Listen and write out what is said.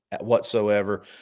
whatsoever